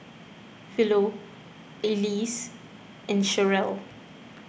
Philo Elise and Cherelle